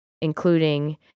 including